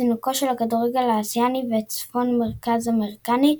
זינוקו של הכדורגל האסיאני והצפון-מרכז אמריקני,